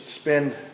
spend